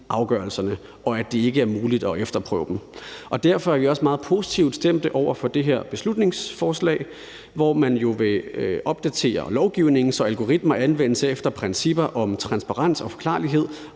afgørelserne, og at det ikke er muligt og efterprøve dem. Derfor er vi også meget positivt stemte over for det her beslutningsforslag, hvor man jo vil opdatere lovgivningen, så algoritmer anvendes efter principper om transparens og forklarlighed